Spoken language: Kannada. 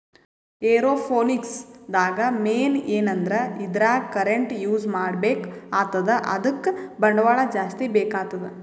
ಏರೋಪೋನಿಕ್ಸ್ ದಾಗ್ ಮೇನ್ ಏನಂದ್ರ ಇದ್ರಾಗ್ ಕರೆಂಟ್ ಯೂಸ್ ಮಾಡ್ಬೇಕ್ ಆತದ್ ಅದಕ್ಕ್ ಬಂಡವಾಳ್ ಜಾಸ್ತಿ ಬೇಕಾತದ್